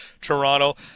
Toronto